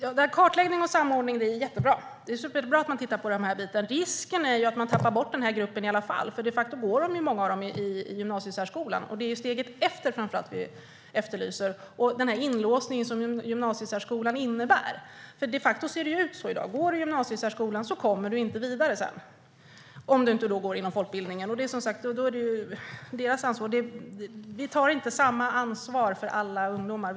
Fru talman! Kartläggning och samordning är jättebra. Det är superbra att man tittar på den biten. Risken är dock att man tappar bort den här gruppen i alla fall, för många av dem går de facto i gymnasiesärskolan, och det är framför allt steget efter det vi efterlyser. Det gäller den inlåsning gymnasiesärskolan innebär. De facto ser det ju ut så i dag: Går du i gymnasiesärskolan kommer du inte vidare sedan, om du inte går genom folkbildningen. Då är det som sagt deras ansvar. Vi tar inte samma ansvar för alla ungdomar.